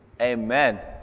Amen